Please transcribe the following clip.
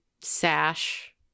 sash